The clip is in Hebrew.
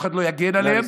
ואף אחד לא יגן עליהן.